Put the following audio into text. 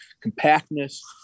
compactness